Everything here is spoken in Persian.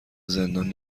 زندان